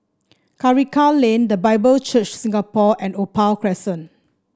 Karikal Lane The Bible Church Singapore and Opal Crescent